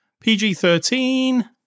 PG-13